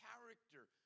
character